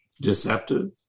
deceptive